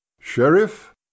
Sheriff